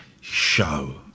show